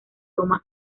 toma